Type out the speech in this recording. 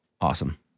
Awesome